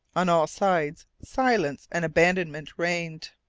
on all sides silence and abandonment reigned.